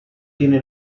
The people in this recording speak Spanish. tiene